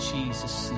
Jesus